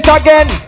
again